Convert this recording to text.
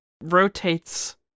rotates